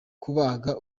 kubaga